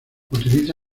utiliza